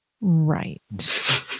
Right